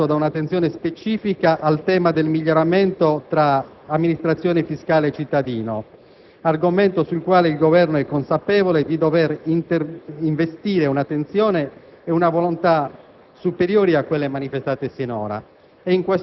Questo complesso di misure sarà accompagnato da un'attenzione specifica al tema del miglioramento del rapporto tra amministrazione fiscale e cittadini, argomento sul quale il Governo è consapevole di dover investire un'attenzione e una volontà